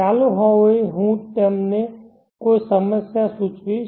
ચાલો હવે હું તમને કોઈ સમસ્યા સૂચવીશ